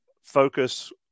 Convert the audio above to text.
focus